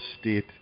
state